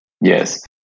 Yes